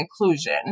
inclusion